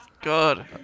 God